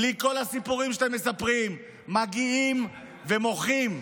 בלי כל הסיפורים שאתם מספרים, מגיעים ומוחים,